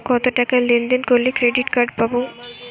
কতটাকা লেনদেন করলে ক্রেডিট কার্ড পাব?